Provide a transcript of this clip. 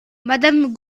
madame